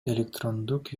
электрондук